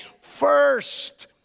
first